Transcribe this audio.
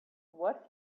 what